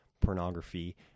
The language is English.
pornography